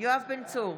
יואב בן צור,